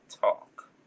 Talk